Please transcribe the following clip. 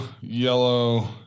yellow